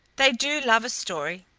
they do love a story.